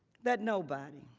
that nobody,